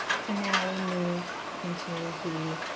so now we move into the,